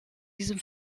diesem